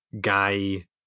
guy